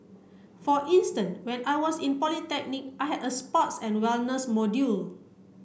for instant when I was in polytechnic I had a sports and wellness module